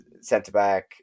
Centre-back